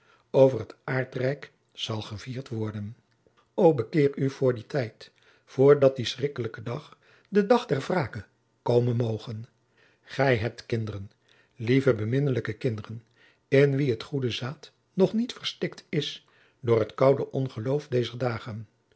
over het aardrijk zal gevierd worden o bekeer u voor dien tijd voor dat die schrikkelijke dag de dies irae komen moge gij hebt kinderen lieve beminnelijke kinderen in wie het goede zaad nog niet verstikt is door het koude ongeloof dezer dagen